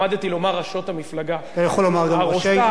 למדתי לומר "רָאשות המפלגה" אתה יכול לומר גם "ראשי".